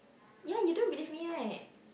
ya you don't believe me right